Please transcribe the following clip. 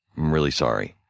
really sorry.